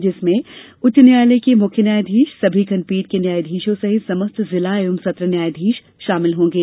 जिसमें उच्च न्यायालय के मुख्य न्यायाधीश सभी खंडपीठ के न्यायाधीशों सहित समस्त जिला एवं सत्र न्यायाधीश शामिल होंगे